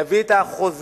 יביא את החוזה,